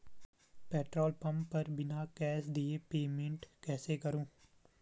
Petrol pump पर बिना cash दिए पेमेंट कैसे करूँ?